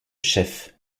chef